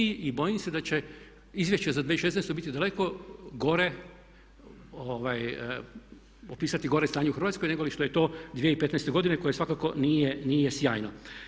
I bojim se da će izvješće za 2016. biti daleko gore opisati gore stanje u Hrvatskoj negoli što je to 2015. godine koje svakako nije sjajno.